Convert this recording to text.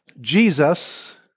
Jesus